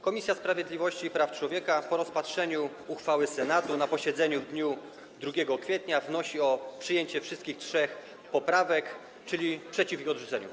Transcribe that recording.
Komisja Sprawiedliwości i Praw Człowieka po rozpatrzeniu uchwały Senatu na posiedzeniu w dniu 2 kwietnia wnosi o przyjęcie wszystkich trzech poprawek, czyli jest przeciw ich odrzuceniu.